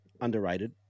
underrated